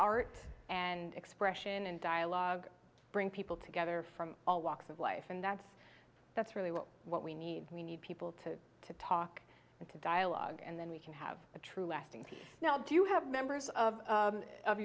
art and expression and dialogue bring people together from all walks of life and that's that's really what we need we need people to to talk and to dialogue and then we can have a true lasting peace now do you have members of